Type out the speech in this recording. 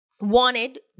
wanted